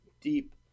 deep